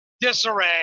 disarray